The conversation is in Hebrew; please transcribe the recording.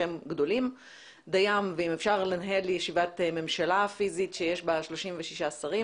שהם גדולים דיים ואם אפשר לנהל ישיבת ממשלה פיזית שיש בה 36 שרים,